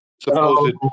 supposed